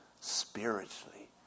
spiritually